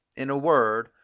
in a word,